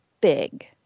big